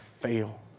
fail